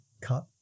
cut